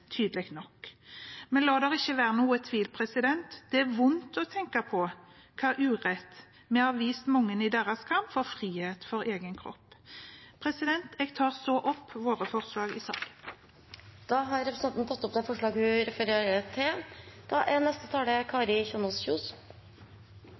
vondt å tenke på hvilken urett vi har vist mange i deres kamp for frihet for egen kropp. Jeg tar opp vårt forslag i saken. Representanten Hege Haukeland Liadal har tatt opp det forslaget hun refererte til.